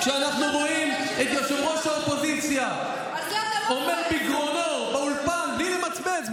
כשאנחנו רואים את יושב-ראש האופוזיציה אומר בגרונו באולפן בלי למצמץ,